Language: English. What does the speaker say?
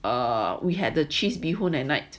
err we had the cheese bee hoon at night